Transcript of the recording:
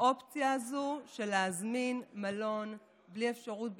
האופציה הזו, של להזמין מלון בלי אפשרות ביטול,